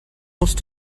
musst